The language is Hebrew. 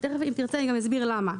ותיכף אם תרצה אסביר למה,